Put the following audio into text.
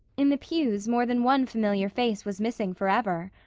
in the pews more than one familiar face was missing forever.